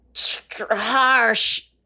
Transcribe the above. harsh